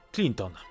Clinton